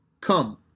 come